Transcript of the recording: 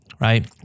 Right